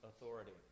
authority